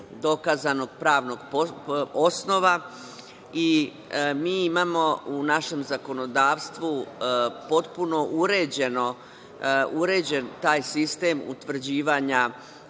dokazanog pravnog osnova. Mi imamo u našem zakonodavstvu potpuno uređen taj sistem utvrđivanja